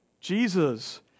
Jesus